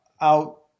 out